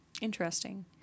Interesting